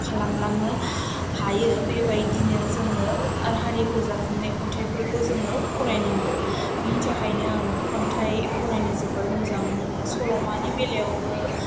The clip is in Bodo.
खालामलांनो हायो बेबाइदिनो जोङो आर हारि फोजाखांनाय खन्थाइफोरखौ जोङो फरायनांगौ बेनि थाखायनो आङो खन्थाइ फरायनो जोबोर मोजां मोनो सल'मानि बेलायवबो